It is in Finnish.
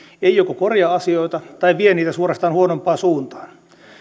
ei korjaa asioita tai vie niitä suorastaan huonompaan suuntaan